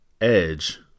Edge